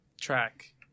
track